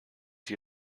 die